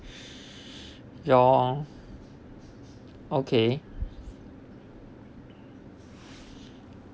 your okay